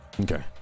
Okay